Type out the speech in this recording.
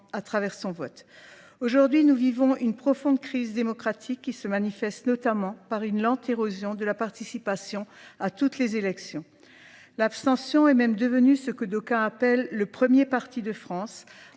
à travers son vote. Aujourd'hui, nous vivons une profonde crise démocratique qui se manifeste notamment par une lente érosion de la participation à toutes les élections. L'abstention est même devenue ce que d'aucuns appellent le premier parti de France,